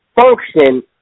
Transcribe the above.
function